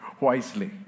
wisely